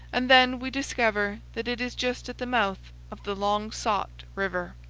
and then we discover that it is just at the mouth of the long-sought river.